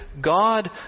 God